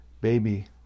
baby